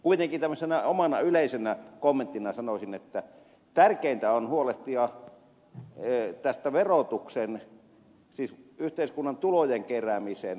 kuitenkin tämmöisenä omana yleisenä kommenttina sanoisin että tärkeintä on huolehtia tästä verotuksen siis yhteiskunnan tulojen keräämisen progressiosta